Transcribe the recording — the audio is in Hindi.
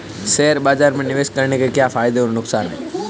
शेयर बाज़ार में निवेश करने के क्या फायदे और नुकसान हैं?